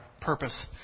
purpose